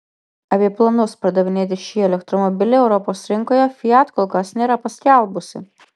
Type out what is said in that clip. apie planus pardavinėti šį elektromobilį europos rinkoje fiat kol kas nėra paskelbusi